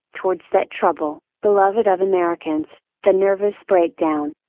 towards that trouble, beloved of americans, the nervous breakdown.